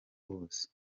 hose